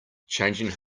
changing